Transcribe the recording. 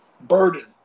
burden